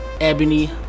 Ebony